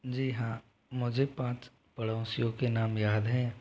जी हाँ मुझे पाँच पड़ोंसियों के नाम याद है